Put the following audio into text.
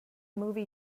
movie